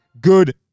good